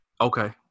Okay